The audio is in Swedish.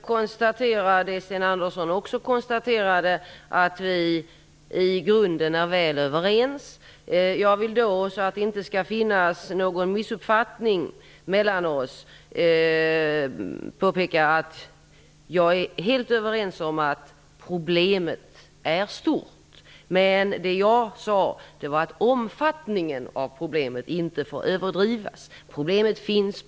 konstatera det som Sten Andersson i Malmö också konstaterade, nämligen att vi i grunden är överens. För att det inte skall finnas någon missuppfattning mellan oss vill jag påpeka att jag helt håller med om att problemet är stort. Det jag sade var att omfattningen av problemet inte får överdrivas. Problemet finns.